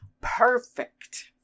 perfect